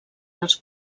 dels